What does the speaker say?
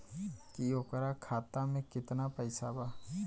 की ओकरा खाता मे कितना पैसा बा?